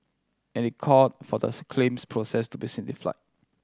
and it called for the's claims process to be simplified